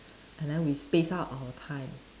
and then we spaced out our time